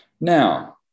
Now